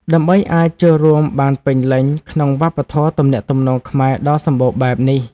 ដើម្បីអាចចូលរួមបានពេញលេញក្នុងវប្បធម៌ទំនាក់ទំនងខ្មែរដ៏សម្បូរបែបនេះ។